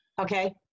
Okay